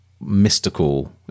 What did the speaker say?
mystical